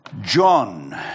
John